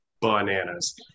bananas